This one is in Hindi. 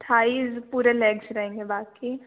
थाइज़ पूरे लेग्स रहेंगे बाक़ी